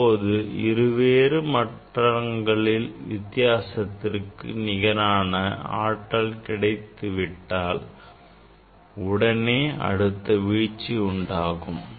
இப்போது இரு வேறு ஆற்றல் மட்டங்களில் வித்தியாசத்திற்கு நிகரான ஆற்றல் கிடைத்துவிட்டால் உடனே அடுத்த வீழ்ச்சி உண்டாகும்